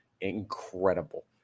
incredible